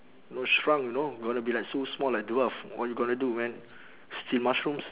know shrunk you know gonna be like so small like dwarf what you gonna do man steal mushrooms